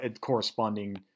corresponding